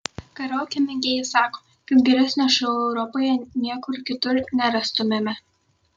karaoke mėgėjai sako kad geresnio šou europoje niekur kitur nerastumėme